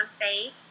faith